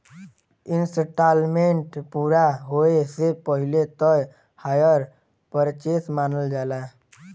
instalment पूरा होये से पहिले तक हायर परचेस मानल जाला